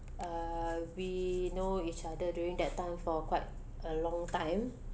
uh we know each other during that time for quite a long time